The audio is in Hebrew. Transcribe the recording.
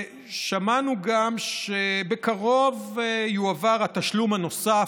שמענו גם שבקרוב יועבר התשלום הנוסף,